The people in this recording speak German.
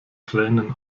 tränen